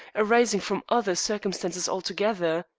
arising from other circumstances altogether.